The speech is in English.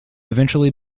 eventually